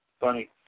funny